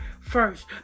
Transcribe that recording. first